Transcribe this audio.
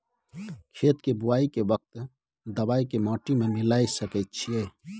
खेत के बुआई के वक्त दबाय के माटी में मिलाय सके छिये?